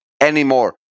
anymore